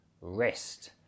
rest